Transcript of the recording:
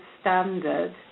standard